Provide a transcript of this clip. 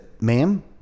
ma'am